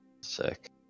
Sick